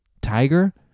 Tiger